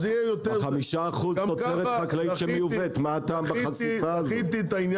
על 5% תוצרת חקלאית שמיובאת מה אתה בחשיפה הזאת?